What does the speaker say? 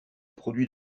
produit